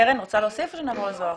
קרן, את רוצה להוסיף או שנעבור לזוהר?